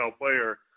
player